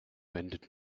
wendet